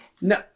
No